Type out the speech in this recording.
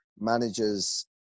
managers